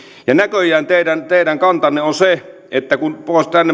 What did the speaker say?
ja näköjään teidän teidän kantanne on se että kun